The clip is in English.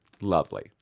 Lovely